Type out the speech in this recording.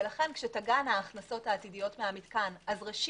ולכן כשתגענה ההכנסות העתידיות מהמתקן ראשית,